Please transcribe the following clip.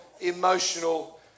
emotional